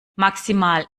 maximal